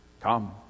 come